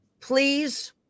please